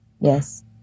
Yes